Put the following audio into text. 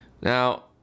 Now